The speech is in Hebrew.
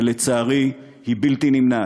שלצערי היא בלתי נמנעת.